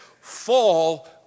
Fall